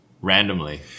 randomly